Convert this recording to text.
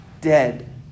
dead